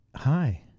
Hi